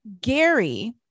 gary